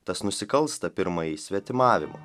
tas nusikalsta pirmajai svetimavimu